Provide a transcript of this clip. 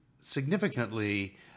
significantly